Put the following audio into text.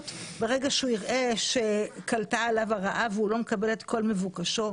ברגע שהוא יראה שכלתה עליו הרעה ושהוא לא מקבל את כל מבוקשו.